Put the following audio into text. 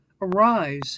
ARISE